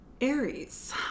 Aries